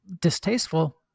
distasteful